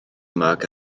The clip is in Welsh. mag